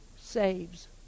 saves